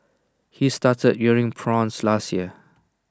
he started rearing prawns last year